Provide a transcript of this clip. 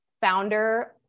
founder